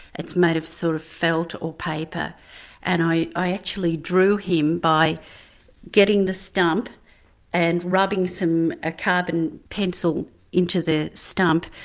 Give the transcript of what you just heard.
it's made of sort of felt or paper and i i actually drew him by getting the stump and rubbing some ah carbon pencil into the stump,